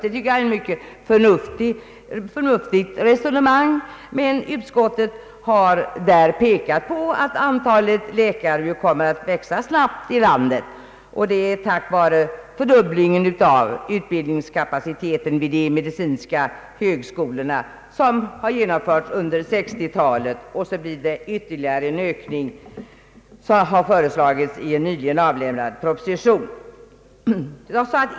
Jag tycker att det är ett mycket förnuftigt resonemang. Men utskottet har pekat på att antalet läkare i landet kommer att växa snabbt tack vare den fördubbling av utbildningskapaciteten vid de medicinska högskolorna som genomförts under 1960-talet. Därtill kommer den ytterligare ökning som föreslagits i en nyligen avgiven proposition.